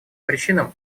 причинам